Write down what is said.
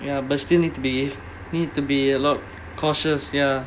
ya but still need to be need to be a lot cautious ya